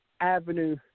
avenue